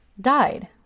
died